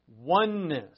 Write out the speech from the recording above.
Oneness